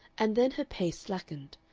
and then her pace slackened.